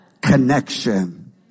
connection